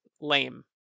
lame